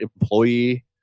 employee